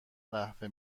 قهوه